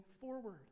forward